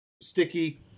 sticky